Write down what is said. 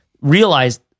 realize